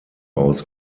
aus